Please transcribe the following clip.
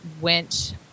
went